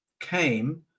came